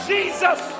Jesus